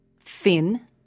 thin